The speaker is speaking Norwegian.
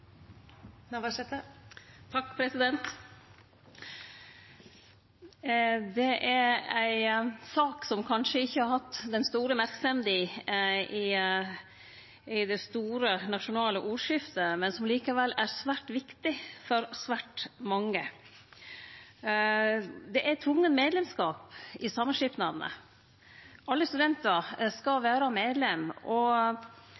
ei sak som kanskje ikke har hatt den store merksemda i det nasjonale ordskiftet, men som likevel er svært viktig for svært mange. Det er tvungen medlemskap i samskipnadene, alle studentar skal vere medlemer, og